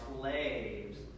slaves